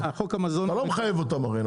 אתה לא מחייב אותם הרי.